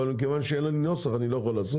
אבל בגלל שאין לנו נוסח אני לא יכול לעשות הצבעות.